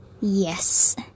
yes